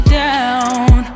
down